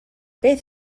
beth